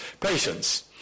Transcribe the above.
patience